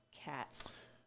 cats